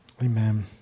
Amen